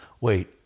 wait